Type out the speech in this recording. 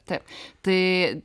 taip tai